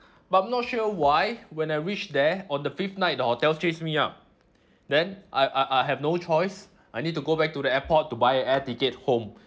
but I'm not sure why when I reached there on the fifth night the hotel chase me out then I I I have no choice I need to go back to the airport to buy a air ticket home